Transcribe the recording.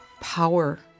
power